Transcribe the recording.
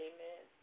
Amen